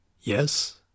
Yes